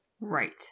Right